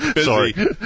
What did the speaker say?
Sorry